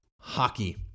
hockey